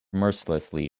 mercilessly